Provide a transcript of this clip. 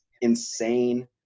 Insane